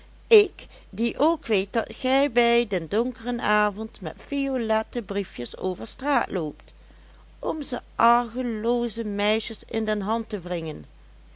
ik die ook weet dat gij bij donkeren avond met violette briefjes over straat loopt om ze argeloozen meisjes in de hand te wringen